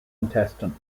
intestine